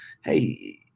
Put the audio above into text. hey